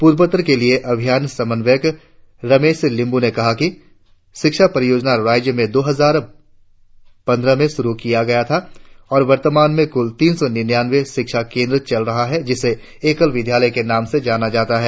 पूर्वोत्तर के लिए अभियान समन्वयक रमेश लिंबू ने कहा कि शिक्षा परियोजना राज्य में दो हजार पंद्रह में शुरु की गयी थी और वर्तमान में कुल तीन सौ निन्यानवें शिक्षा केंद्र चल रही है जिसे एकल विद्यालय के नाम से जाना जाता है